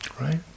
right